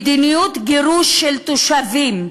מדיניות גירוש של תושבים,